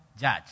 judge